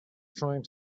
trying